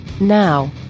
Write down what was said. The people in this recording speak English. Now